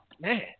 man